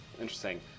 Interesting